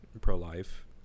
pro-life